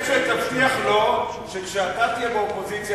הוא רוצה שתבטיח לו שכשאתה תהיה באופוזיציה,